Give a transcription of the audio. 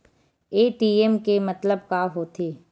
ATM के मतलब का होथे?